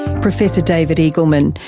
professor david eagleman,